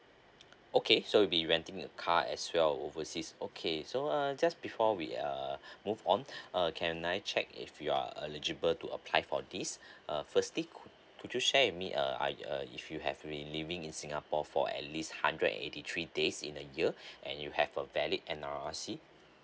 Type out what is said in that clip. okay so you'll be renting a car as well overseas okay so uh just before we uh move on uh can I check if you're eligible to apply for this uh firstly could could you share with me uh are uh if you have been living in singapore for at least hundred and eighty three days in a year and you have a valid N_R_I_C